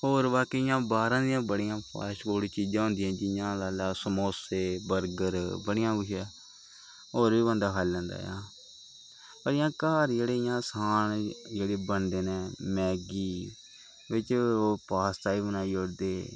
होर बाकी इयां बाह्रा दियां बड़ियां फास्ट फूड चीजां होंदिया जियां लाई लैऔ समोसे बर्गर बड़ियां कुछ होर बी बंदा खाई लैंदा पर घर इ'यां जेह्ड़े असान बनदे न मैगी बिच्च ओह् पास्ता बी बनाई ओड़दे